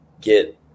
get